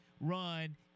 run